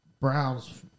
Browns